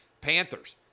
Panthers